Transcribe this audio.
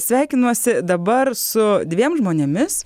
sveikinuosi dabar su dviem žmonėmis